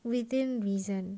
within reason